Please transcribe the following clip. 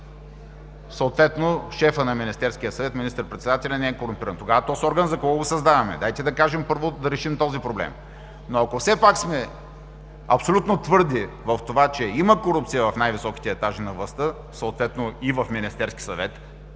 Съответно шефът на Министерския съвет – министър-председателят, не е корумпиран. Тогава този орган за какво го създаваме? Дайте да кажем първо и да решим този проблем. Но ако все пак сме абсолютно твърди в това, че има корупция в най-високите етажи на властта, съответно и в Министерския съвет,